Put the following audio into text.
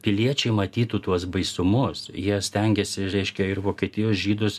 piliečiai matytų tuos baisumus jie stengėsi reiškia ir vokietijos žydus